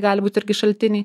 gali būt irgi šaltiniai